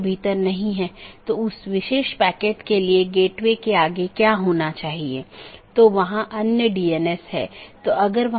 इसलिए सूचनाओं को ऑटॉनमस सिस्टमों के बीच आगे बढ़ाने का कोई रास्ता होना चाहिए और इसके लिए हम BGP को देखने की कोशिश करते हैं